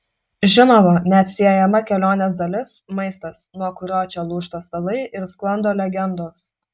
žinoma neatsiejama kelionės dalis maistas nuo kurio čia lūžta stalai ir sklando legendos